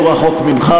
לא רחוק ממך.